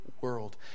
world